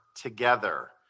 together